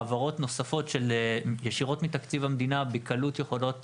העברות נוספות ישירות מתקציב המדינה בקלות יכולות